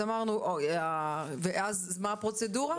ומה הפרוצדורה?